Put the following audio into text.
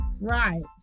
Right